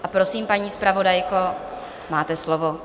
A prosím, paní zpravodajko, máte slovo.